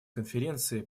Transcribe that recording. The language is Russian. конференции